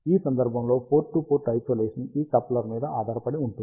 ఈ సందర్భంలో port to port isolation ఈ కప్లర్ మీద ఆధారపడి ఉంటుంది